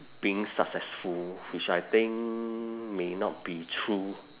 being successful which I think may not be true